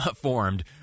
formed